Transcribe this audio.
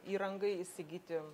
įrangai įsigyti